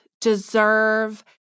deserve